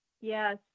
yes